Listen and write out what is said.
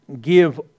give